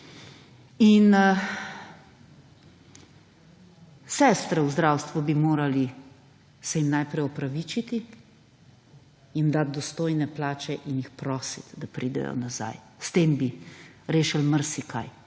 sestre v zdravstvu bi morali se jim najprej opravičiti, jim dati dostojne plače in jih prositi, da pridejo nazaj. S tem bi rešili marsikaj.